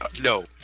No